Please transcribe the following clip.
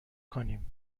کنیم